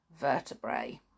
vertebrae